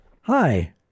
Hi